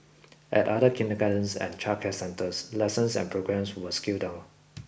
at other kindergartens and childcare centres lessons and programmes were scaled down